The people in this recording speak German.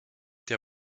der